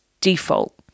default